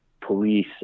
police